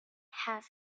have